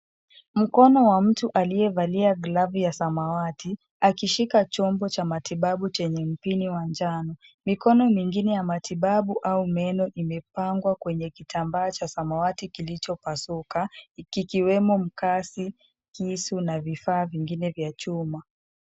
Mkono ya mtu aliyevalia glavu ya samawati akishika chombo cha matibabu chenye mpini wa njano. Mikono mingine ya matibabu au meno imepangwa kwenye kitambaa cha samawati kilichopasuka kikiwemo mkasi, kisu na vifaa vingine vya chuma.